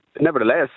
Nevertheless